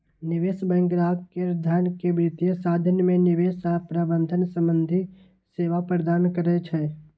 निवेश बैंक ग्राहक केर धन के वित्तीय साधन मे निवेश आ प्रबंधन संबंधी सेवा प्रदान करै छै